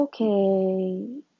okay